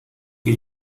que